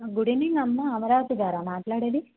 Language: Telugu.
గుడ్ ఈవెనింగ్ అమ్మ అమరావతి గారా మాట్లాడేది